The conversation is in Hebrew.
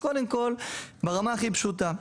ברמה הכי פשוטה,